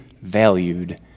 valued